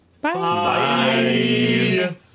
Bye